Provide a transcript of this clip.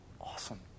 Awesome